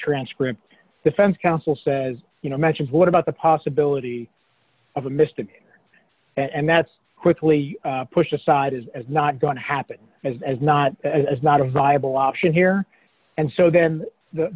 transcript defense counsel says you know matches what about the possibility of a mistake and that's quickly pushed aside as not going to happen as as not as not a viable option here and so then the